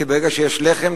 כי ברגע שיש לחם,